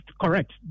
correct